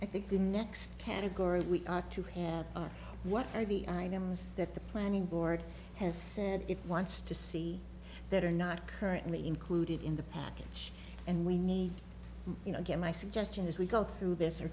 i think the next category we ought to have are what are the items that the planning board has said it wants to see that are not currently included in the package and we need you know again my suggestion is we go through this